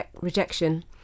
rejection